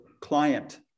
client